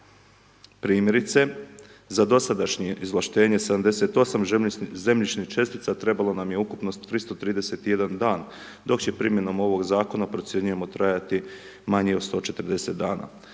Primjerice za dosadašnje izvlaštenje 78 zemljišnih čestica trebalo nam je ukupno 331 dan, dok će primjenom ovog zakona procjenjujemo trajati manje od 140 dana.